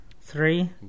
Three